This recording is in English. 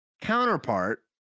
counterpart